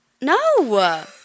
No